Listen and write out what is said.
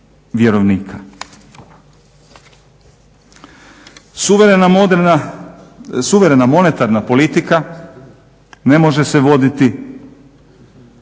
suverena monetarna politika ne može se voditi